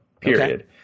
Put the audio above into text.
period